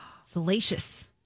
Salacious